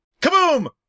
Kaboom